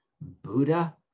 Buddha